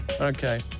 Okay